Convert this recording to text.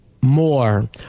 more